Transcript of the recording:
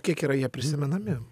kiek yra jie prisimenami